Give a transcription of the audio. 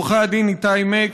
עורכי הדין איתי מק,